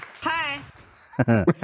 Hi